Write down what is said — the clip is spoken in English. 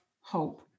hope